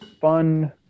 fun